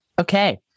Okay